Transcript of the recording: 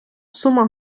сума